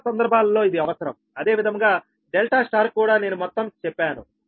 చాలా సందర్భాలలో ఇది అవసరం అదే విధముగా డెల్టా స్టార్ కు కూడా నేను మొత్తం చెప్పాను